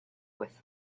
with